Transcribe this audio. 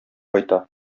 кайта